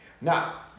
Now